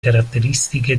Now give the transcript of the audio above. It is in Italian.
caratteristiche